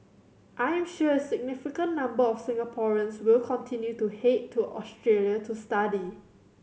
I am sure a significant number of Singaporeans will continue to head to Australia to study